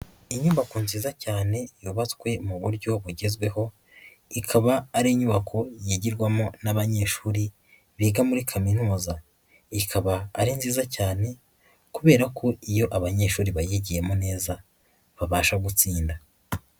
Inyubako nziza cyane yubatswe mu buryo bugezweho, ikaba ari inyubako yigirwamo n'abanyeshuri biga muri kaminuza, ikaba ari nziza cyane kubera ko iyo abanyeshuri bayigiyemo neza babasha gutsinda.